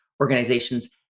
organizations